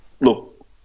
Look